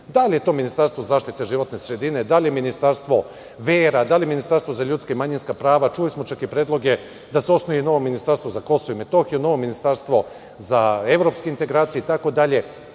Da li je to ministarstvo zaštite životne sredine, da li je ministarstvo vera, da li ministarstvo za ljudska i manjinska prava, čuli smo čak i predloge da se osnuje i novo ministarstvo za KiM, novo ministarstvo za evropske integracije itd,